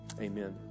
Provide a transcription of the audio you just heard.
Amen